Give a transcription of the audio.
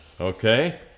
Okay